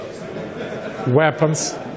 weapons